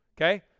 okay